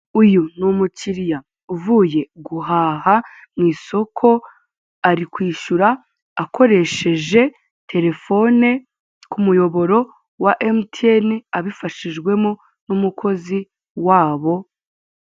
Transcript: Uyu ni umukiliya uvuye guhaha, mu isoko ari kwishyura akoresheje telefone, ku muyoboro wa emutiyene, abifashishwemo n'umukozi wabo.